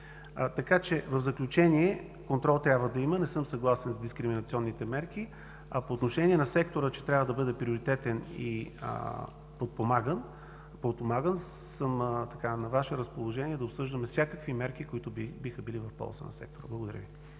движение. В заключение, контрол трябва да има. Не съм съгласен с дискриминационните мерки. По отношение на сектора, че трябва да бъде приоритетен и подпомаган, съм на Ваше разположение да обсъждаме всякакви мерки, които биха били в полза на сектора. Благодаря.